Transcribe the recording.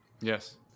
Yes